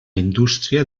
indústria